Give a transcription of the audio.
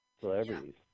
Celebrities